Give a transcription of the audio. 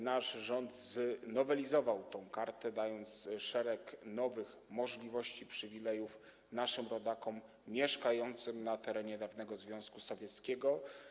Nasz rząd znowelizował tę kartę, dając szereg nowych możliwości, przywilejów naszym rodakom mieszkającym na terenie dawnego Związku Sowieckiego.